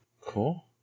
Cool